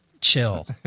chill